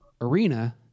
arena